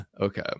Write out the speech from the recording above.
okay